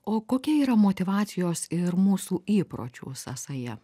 o kokia yra motyvacijos ir mūsų įpročių sąsaja